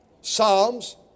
Psalms